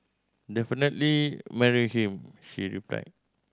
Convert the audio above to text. definitely marry him she replied